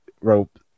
rope